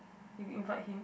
you invite him